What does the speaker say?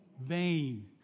vain